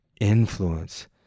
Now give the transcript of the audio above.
influence